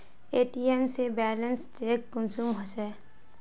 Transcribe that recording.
ATM से balance check कुंसम होचे?